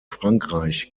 frankreich